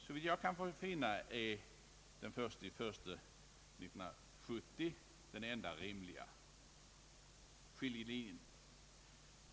Såvitt jag kan finna är den 1 januari 1970 den enda rimliga skiljelinjen.